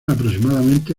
aproximadamente